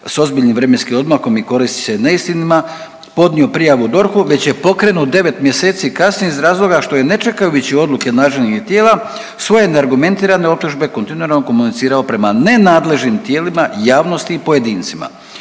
s ozbiljnim vremenskim odmakom i koristi se neistinama podnio prijavu DORH-u već je pokrenut 9 mjeseci kasnije iz razloga što je ne čekajući odluke nadležnih tijela svoje neargumentirane optužbe kontinuirano komunicirao prema nenadležnim tijelima, javnosti i pojedincima.